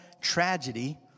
tragedy